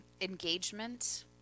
engagement